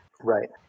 Right